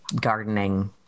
gardening